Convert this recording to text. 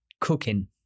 cooking